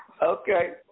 Okay